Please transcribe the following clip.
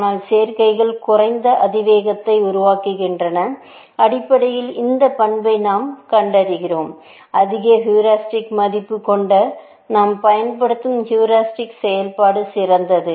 ஆனால் சேர்க்கைகள் குறைந்த அதிவேகத்தை உருவாக்குகின்றன அடிப்படையில் இந்த பண்பை நாம் கண்டிருக்கிறோம் அதிக ஹீரிஸ்டிக்மதிப்பு கொண்ட நாம் பயன்படுத்தும் ஹியூரிஸ்டிக் செயல்பாடு சிறந்தது